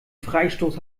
freistoß